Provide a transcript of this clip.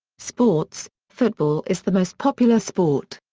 sports football is the most popular sport.